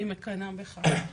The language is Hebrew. אני מקנא בך,